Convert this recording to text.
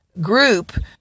group